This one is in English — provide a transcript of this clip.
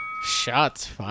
Shots